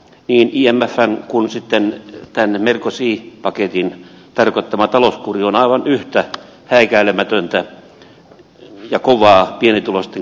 niin imfn kuin tämän merkozy paketin tarkoittama talouskuri on aivan yhtä häikäilemätöntä ja kovaa pienituloisten kannalta